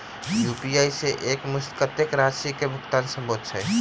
UPI सऽ एक मुस्त कत्तेक राशि कऽ भुगतान सम्भव छई?